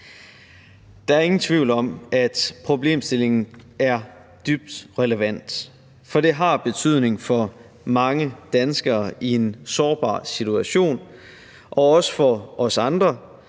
Der er ingen tvivl om, at problemstillingen er dybt relevant, for det har betydning for mange danskere i en sårbar situation og også for os andre,